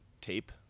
tape